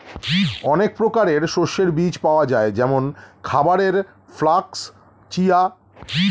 অনেক প্রকারের শস্যের বীজ পাওয়া যায় যেমন খাবারের ফ্লাক্স, চিয়া